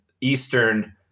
Eastern